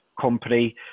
company